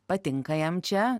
patinka jam čia